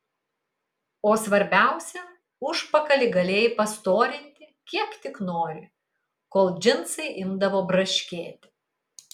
o svarbiausia užpakalį galėjai pastorinti kiek tik nori kol džinsai imdavo braškėti